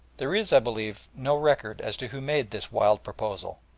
there is, i believe, no record as to who made this wild proposal,